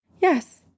Yes